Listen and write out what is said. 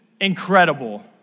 incredible